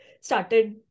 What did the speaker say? started